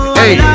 hey